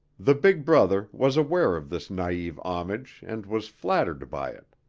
the big brother was aware of this naive homage and was flattered by it.